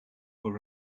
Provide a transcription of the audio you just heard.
were